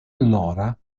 allora